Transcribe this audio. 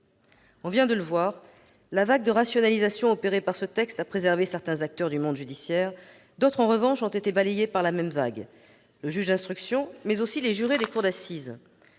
On vient de le voir, la vague de rationalisation opérée par ce texte a préservé certains acteurs du monde judiciaire. D'autres, en revanche, ont été balayés par cette même vague : le juge d'instruction, mais aussi les jurés des cours d'assises.